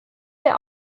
der